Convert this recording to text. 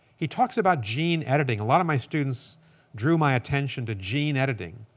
he talks about gene editing. a lot of my students drew my attention to gene editing.